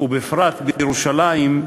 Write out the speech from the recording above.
ובפרט בירושלים,